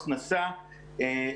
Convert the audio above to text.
האנשים.